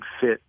fit